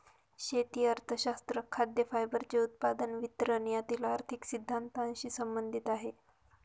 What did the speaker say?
शेती अर्थशास्त्र खाद्य, फायबरचे उत्पादन, वितरण यातील आर्थिक सिद्धांतानशी संबंधित आहे